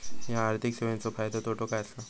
हया आर्थिक सेवेंचो फायदो तोटो काय आसा?